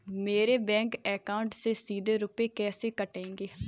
मेरे bank account से सीधे रुपए कैसे कटेंगे?